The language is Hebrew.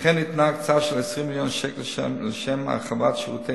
וכן ניתנה הקצאה של 20 מיליון שקל לשם הרחבת שירותי